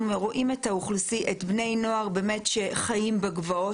אנחנו רואים את בני נוער באמת שחיים בגבולות